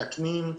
מתקנים.